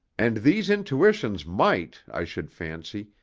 and these intuitions might, i should fancy,